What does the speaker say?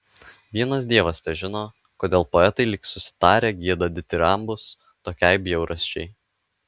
vienas dievas težino kodėl poetai lyg susitarę gieda ditirambus tokiai bjaurasčiai